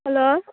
hello